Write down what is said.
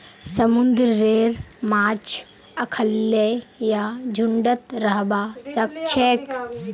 समुंदरेर माछ अखल्लै या झुंडत रहबा सखछेक